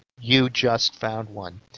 you just found one.